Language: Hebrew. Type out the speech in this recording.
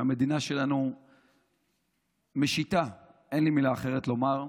שהמדינה שלנו משיתה, אין לי מילה אחרת לומר,